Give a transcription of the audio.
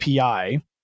API